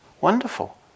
wonderful